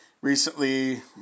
recently